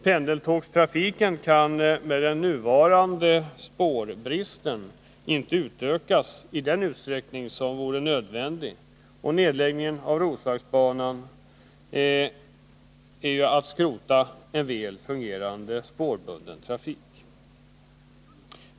Pendeltågstrafiken kan med nuvarande spårbrist inte utökas i den utsträckning som vore nödvändig, och nedläggningen av Roslagsbanan innebär att man skrotar en väl fungerande spårbunden kollektivtrafik.